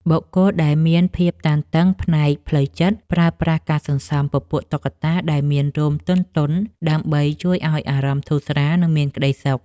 បុគ្គលដែលមាន ភាពតានតឹងផ្នែកផ្លូវចិត្ត ប្រើប្រាស់ការសន្សំពពួកតុក្កតាដែលមានរោមទន់ៗដើម្បីជួយឱ្យអារម្មណ៍ធូរស្រាល និងមានក្ដីសុខ។